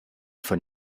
von